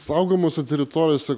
saugomose teritorijose